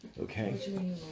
okay